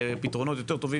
פתרונות טובים יותר.